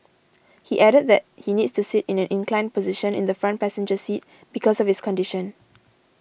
he added that he needs to sit in an inclined position in the front passenger seat because of his condition